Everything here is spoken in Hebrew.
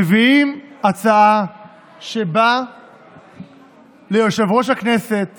מביאים הצעה שבה ליושב-ראש הכנסת